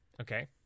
Okay